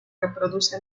reproduce